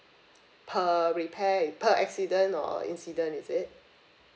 per repair in~ per accident or a incident is it